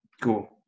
Cool